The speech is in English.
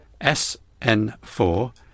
SN4